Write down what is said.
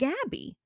Gabby